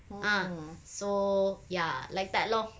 ah so ya like that lor